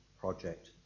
project